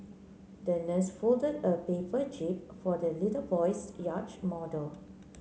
the nurse folded a paper jib for the little boy's yacht model